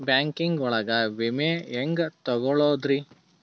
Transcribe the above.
Banking ಒಳಗ ವಿಮೆ ಹೆಂಗ್ ತೊಗೊಳೋದ್ರಿ?